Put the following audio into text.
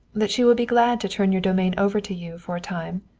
that she will be glad to turn your domain over to you for a time.